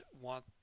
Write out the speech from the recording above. want